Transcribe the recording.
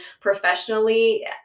professionally